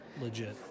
Legit